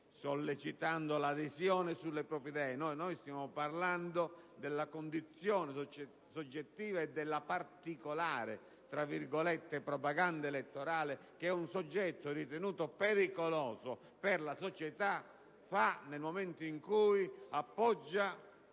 sollecitando l'adesione sulle proprie idee. No, noi stiamo parlando della condizione soggettiva e della particolare «propaganda elettorale» che un soggetto ritenuto pericoloso per la società fa nel momento in cui appoggia